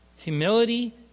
Humility